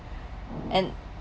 and